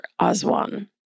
Aswan